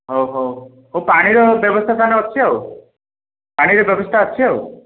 ଓହୋ ହଉ ପାଣିର ବ୍ୟବସ୍ତା ତାହେଲେ ଅଛି ଆଉ ପାଣିର ବ୍ୟବସ୍ତା ଅଛି ଆଉ